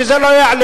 שזה לא יעלה.